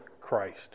Christ